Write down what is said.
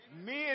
men